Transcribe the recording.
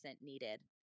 needed